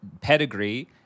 pedigree